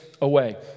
away